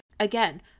Again